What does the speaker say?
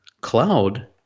cloud